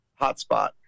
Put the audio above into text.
Hotspot